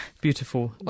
beautiful